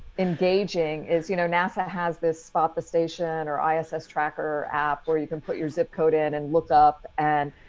engaging is, you know, nasa has this spot, the station or isis tracker app, where you can put your zip code in and looked up. and